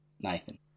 Nathan